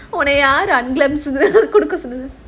உன்ன யாரு:unna yaaru unglamarous சொன்னது:sonnathu